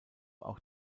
auch